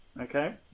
Okay